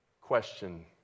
question